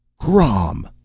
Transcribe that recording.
crom!